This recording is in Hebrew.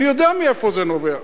אני יודע מאיפה זה נובע,